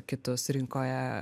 kitus rinkoje